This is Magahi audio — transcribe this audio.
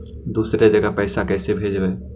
दुसरे जगह पैसा कैसे भेजबै?